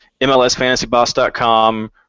mlsfantasyboss.com